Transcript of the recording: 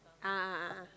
a'ah a'ah